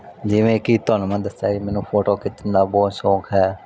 ਜਿਵੇਂ ਕਿ ਤੁਹਾਨੂੰ ਮੈਂ ਦੱਸਿਆ ਮੈਨੂੰ ਫੋਟੋ ਖਿੱਚਣ ਦਾ ਬਹੁਤ ਸ਼ੌਂਕ ਹੈ